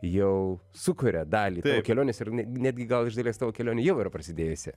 jau sukuria dalį jau sukuria dalį tavo kelionės ir jinai netgi gal iš dalies tavo kelionė netgi gal iš dalies tavo kelionė jau yra prasidėjusi